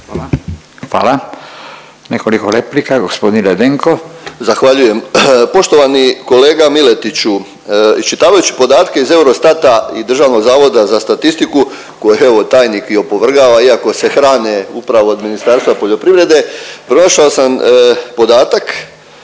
Hvala. Nekoliko replika, g. Ledenko. **Ledenko, Ivica (MOST)** Zahvaljujem. Poštovani kolega Miletiću, iščitavajući podatke iz Eurostata i Državnog zavoda za statistiku, koju evo tajnik i opovrgava iako se hrane upravo od Ministarstva poljoprivredne. Pronašao sam podatak